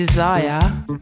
desire